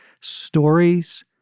Stories